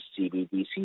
CBDC